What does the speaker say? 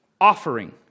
offering